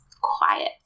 quiet